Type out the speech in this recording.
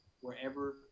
wherever